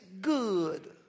good